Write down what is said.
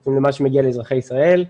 בעצם מה שמגיע לאזרחי ישראל,